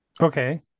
Okay